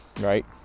right